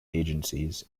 agencies